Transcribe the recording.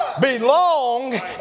belong